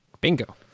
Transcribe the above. Bingo